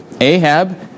Ahab